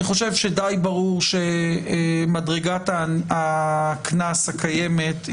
אני חושב שדי ברור שמדרגת הקנס הקיימת,